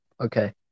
okay